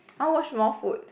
I want watch Smallfoot